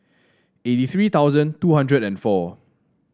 eighty three thousand two hundred and four